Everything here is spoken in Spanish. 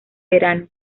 verano